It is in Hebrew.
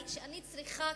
אני צריכה,